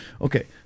Okay